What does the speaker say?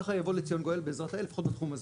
ככה יבוא לציון גואל בעזרת האל לפחות בתחום הזה.